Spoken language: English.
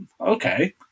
okay